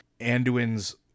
Anduin's